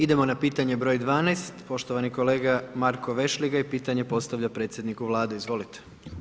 Idemo na pitanje broj 12, poštovani kolega Marko Vešligaj pitanje postavlja predsjedniku Vlade, izvolite.